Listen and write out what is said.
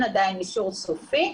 אין עדיין אישור סופי,